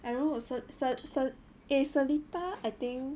I don't know also se~ se~ se~ eh seletar I think